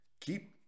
keep